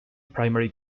primary